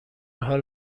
حال